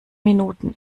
minuten